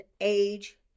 age